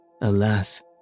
alas